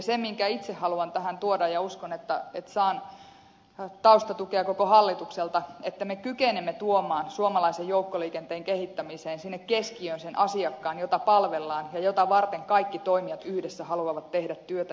se minkä itse haluan tähän tuoda ja uskon että saan taustatukea koko hallitukselta on se että me kykenemme tuomaan suomalaisen joukkoliikenteen kehittämiseen sinne keskiöön sen asiakkaan jota palvellaan ja jota varten kaikki toimijat yhdessä haluavat tehdä työtä ja ponnistella